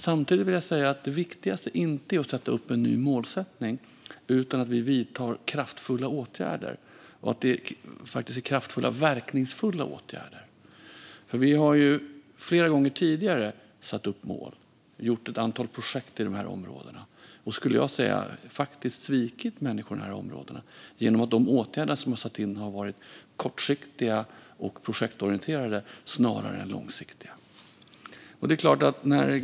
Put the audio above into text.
Samtidigt vill jag säga att det viktigaste inte är att sätta upp ett nytt mål, utan det är att vidta kraftfulla och verkningsfulla åtgärder. Vi har flera gånger tidigare satt upp mål och gjort ett antal projekt i de områdena och har, skulle jag vilja säga, faktiskt svikit människorna i de områdena genom att de åtgärder som har satts in har varit kortsiktiga och projektorienterade snarare än långsiktiga.